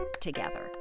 together